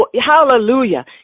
Hallelujah